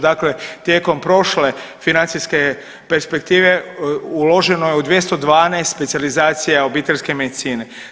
Dakle, tijekom prošle financijske perspektive uloženo je u 212 specijalizacija obiteljske medicine.